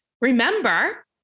remember